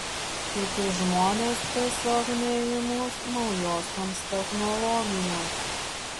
kiti žmonės tiesiog neimlūs naujosioms technologijoms